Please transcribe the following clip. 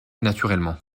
naturellement